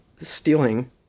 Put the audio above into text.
stealing